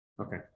Okay